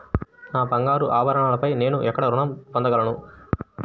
నా బంగారు ఆభరణాలపై నేను ఎక్కడ రుణం పొందగలను?